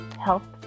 health